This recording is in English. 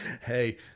hey—